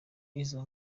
izo